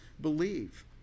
believe